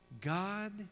God